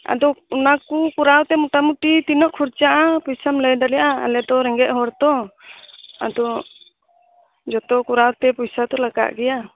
ᱟᱫᱚᱚᱱᱟ ᱠᱚ ᱠᱚᱨᱟᱣ ᱛᱮ ᱢᱚᱴᱟ ᱢᱩᱴᱤ ᱛᱤᱱᱟᱹᱜ ᱠᱷᱚᱨᱪᱟᱜᱼᱟ ᱯᱚᱭᱥᱟᱢ ᱞᱟᱹᱭ ᱫᱟᱲᱮᱭᱟᱜᱼᱟ ᱟᱞᱮ ᱛᱚ ᱨᱮᱸᱜᱮᱡ ᱦᱚᱲ ᱛᱚ ᱟᱫᱚ ᱡᱚᱛᱚ ᱠᱚᱨᱟᱣ ᱛᱮ ᱯᱚᱭᱥᱟ ᱛᱚ ᱞᱟᱜᱟᱜ ᱜᱮᱭᱟ